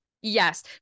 yes